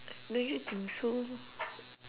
don't you think so